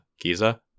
Giza